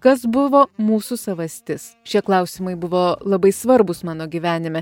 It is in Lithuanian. kas buvo mūsų savastis šie klausimai buvo labai svarbūs mano gyvenime